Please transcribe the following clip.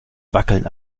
wackeln